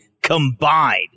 Combined